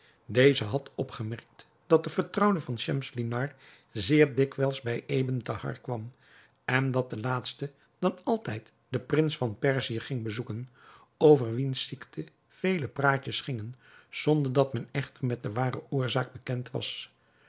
deze had opgemerkt dat de vertrouwde van schemselnihar zeer dikwijls bij ebn thahar kwam en dat de laatste dan altijd den prins van perzië ging bezoeken over wiens ziekte vele praatjes gingen zonder dat men echter met de ware oorzaak bekend was